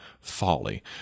folly